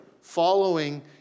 following